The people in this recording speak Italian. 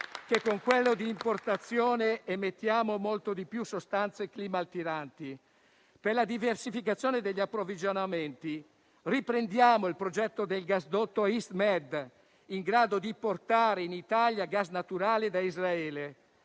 che con quello di importazione emettiamo molte più sostanze climalteranti. Per la diversificazione degli approvvigionamenti riprendiamo il progetto del gasdotto EastMed, in grado di portare in Italia gas naturale da Israele.